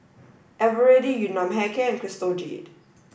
Eveready Yun Nam Hair Care and Crystal Jade